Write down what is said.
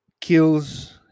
kills